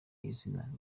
izina